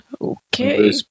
Okay